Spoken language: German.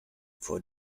vor